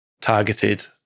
targeted